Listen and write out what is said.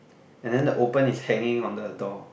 and then the open is hanging on the door